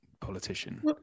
politician